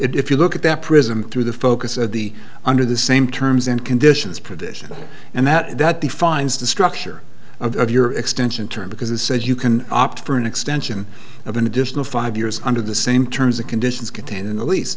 if you look at that prism through the focus of the under the same terms and conditions provision and that that defines the structure of your extension term because it says you can opt for an extension of an additional five years under the same terms and conditions contained in the leas